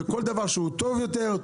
וכל דבר שהוא טוב יותר,